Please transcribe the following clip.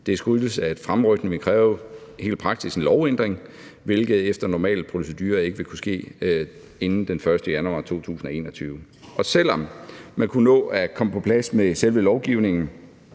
Det skyldes, at fremrykningen helt praktisk vil kræve en lovændring, hvilket efter normal procedure ikke vil kunne ske inden den 1. januar 2021. Og selv om man kunne nå at komme på plads med selve lovgivningen,